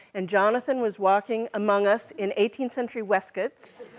and jonathan was walking among us in eighteenth century waistcoats,